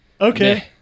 Okay